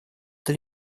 это